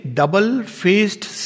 double-faced